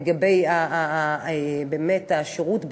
לגבי השירות בקהילה,